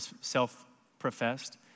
self-professed